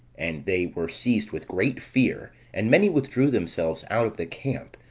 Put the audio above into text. and they were seized with great fear and many withdrew themselves out of the camp,